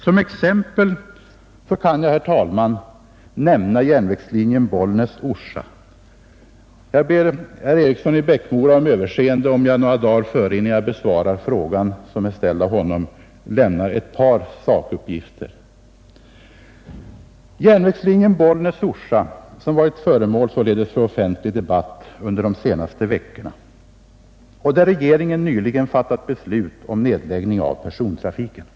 Som exempel kan jag, herr talman, nämna järnvägslinjen Bollnäs— Orsa. Jag ber herr Eriksson i Bäckmora om överseende, om jag några dagar innan jag besvarar den fråga han ställt lämnar ett par sakuppgifter. Järnvägslinjen Bollnäs—Orsa har varit föremål för offentlig debatt under de senaste veckorna i samband med att regeringen nyligen fattat beslut om nedläggning av persontrafiken där.